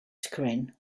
screen